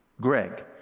Greg